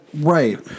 Right